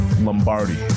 Lombardi